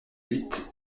huit